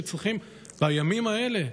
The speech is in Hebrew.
שצריכים אותם בימים האלה.